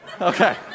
okay